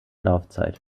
laufzeit